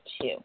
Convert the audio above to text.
two